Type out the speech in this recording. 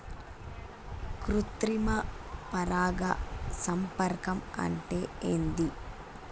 కృత్రిమ పరాగ సంపర్కం అంటే ఏంది?